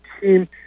team